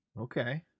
Okay